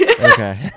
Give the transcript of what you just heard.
Okay